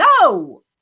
No